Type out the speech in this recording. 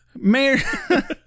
Mayor